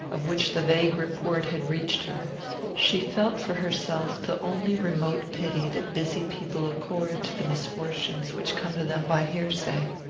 of which the vague report had reached her she felt for herself the only remote pity that busy people accord to the misfortunes which come to them by hearsay.